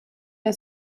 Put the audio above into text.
der